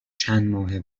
چندماه